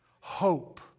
Hope